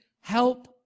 help